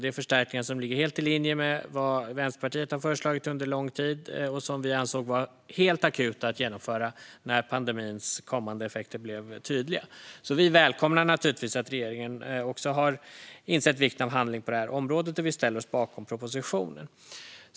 Det är förstärkningar som ligger helt i linje med vad Vänsterpartiet har föreslagit under lång tid och som vi ansåg vara helt akut att genomföra när pandemins kommande effekter blev tydliga. Vi välkomnar naturligtvis att även regeringen har insett vikten av handling på det här området, och vi ställer oss bakom propositionen.